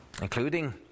including